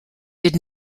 did